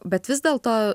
bet vis dėlto